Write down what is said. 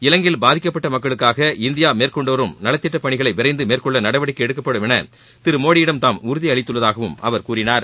இலங்கையில் பாதிக்கப்பட்ட மக்களுக்காக இந்தியா மேற்கொண்டு வரும் நலத்திட்டப் பணிகளை விரைந்து மேற்கொள்ள நடவடிக்கை எடுக்கப்படும் என திரு மோடியிடம் தாம் உறுதியளித்துள்ளதாகவும் அவர் கூறினார்